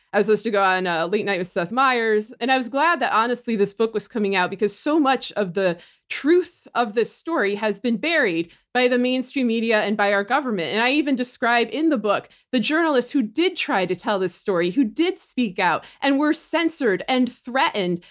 i was supposed to go on ah late night with seth meyers. and i was glad that honestly this book was coming out because so much of the truth of this story has been buried by the mainstream media and by our government. and i even described in the book the journalists who did try to tell this story, who did speak out and were censored and threatened.